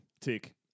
Tick